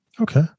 Okay